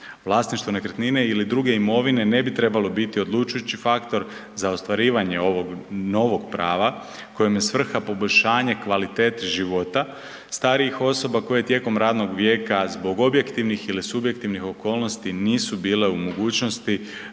Vlasništvo nekretnine ili druge imovine ne bi trebalo biti odlučujući faktor za ostvarivanje ovog novog prava kojem je svrha poboljšanje kvalitete života starijih osoba koje tijekom radnog vijeka zbog objektivnih ili subjektivnih okolnosti nisu bile u mogućnosti